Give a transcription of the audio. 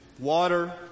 Water